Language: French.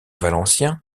valencien